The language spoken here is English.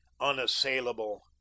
unassailable